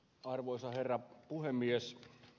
arvoisa herra puhemies